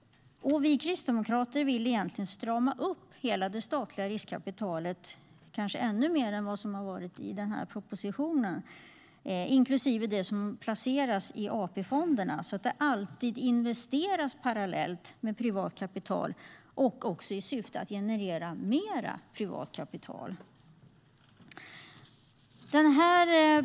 Vi kristdemokrater vill egentligen strama upp hela det statliga riskkapitalet - kanske ännu mer än i den här propositionen - inklusive det som placeras i AP-fonderna så att det alltid investeras parallellt med privat kapital och i syfte att generera mer privat kapital.